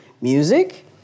music